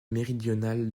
méridionale